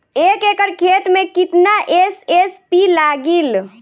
एक एकड़ खेत मे कितना एस.एस.पी लागिल?